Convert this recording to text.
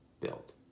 built